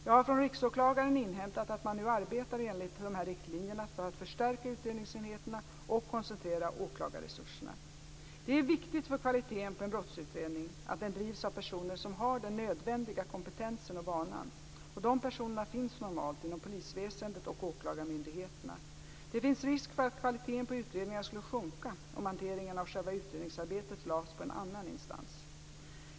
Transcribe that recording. Jag har från Riksåklagaren inhämtat att man nu arbetar enligt dessa riktlinjer för att förstärka utredningsenheterna och koncentrera åklagarresurserna. Det är viktigt för kvaliteten på en brottsutredning att den drivs av personer som har den nödvändiga kompetensen och vanan. De personerna finns normalt inom polisväsendet och åklagarmyndigheterna. Det finns risk för att kvaliteten på utredningarna skulle sjunka om hanteringen av själva utredningsarbetet lades på en annan instans.